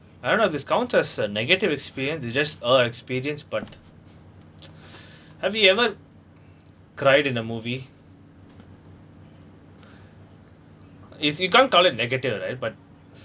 I don't know if this count as a negative experience it just a experience but have you ever cried in a movie if you can't call it negative right but